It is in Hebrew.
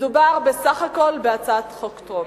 מדובר בסך הכול בהצעת חוק טרומית.